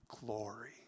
glory